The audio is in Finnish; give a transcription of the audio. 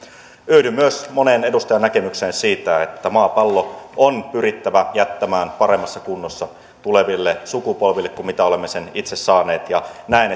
yhdyn myös monen edustajan näkemykseen siitä että maapallo on pyrittävä jättämään paremmassa kunnossa tuleville sukupolville kuin missä olemme sen itse saaneet ja näen